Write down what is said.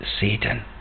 Satan